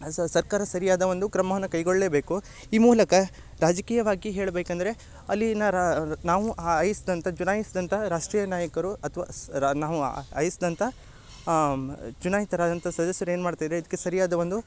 ಸರ್ಕಾರ ಸರಿಯಾದ ಒಂದು ಕ್ರಮವನ್ನ ಕೈಗೊಳ್ಳಲೇಬೇಕು ಈ ಮೂಲಕ ರಾಜಕೀಯವಾಗಿ ಹೇಳ್ಬೇಕಂದರೆ ಅಲ್ಲಿನ ರಾ ನಾವು ಆ ಅಯ್ಸ್ದಂಥ ಚುನಾಯಿಸ್ದಂಥ ರಾಷ್ಟ್ರೀಯ ನಾಯಕರು ಅಥ್ವ ಸ್ ರಾ ನಾವು ಅಯ್ಸ್ನಂಥ ಚುನಾಯಿತರಾದಂಥ ಸದಸ್ಯರು ಏನು ಮಾಡ್ತಿದೆ ಇದಕ್ಕೆ ಸರಿಯಾದ ಒಂದು